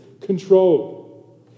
control